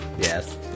Yes